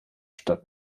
statt